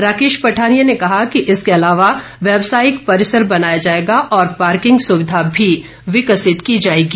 राकेश पठानिया ने कहा कि इसके अलावा व्यवसायिक परिसर बनाया जाएगा और पार्किंग सुविधा भी विकसित की जाएगी